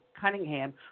Cunningham